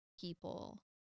people